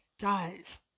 guys